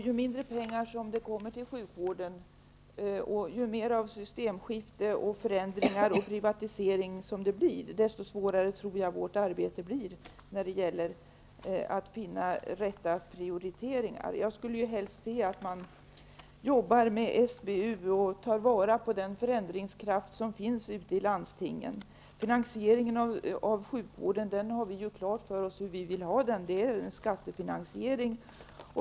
Ju mindre pengar sjukvården får och ju mer av systemskiften, förändringar och privatiseringar som sker, desto svårare tror jag att vårt arbete blir när det gäller att göra de rätta prioriteringarna. Jag skulle helst se att man jobbade med SBU och tog vara på den förändringskraft som finns ute i landstingen. Vi har klart för oss hur vi vill ha finansieringen av sjukvården. Det bör vara en skattefinansiering.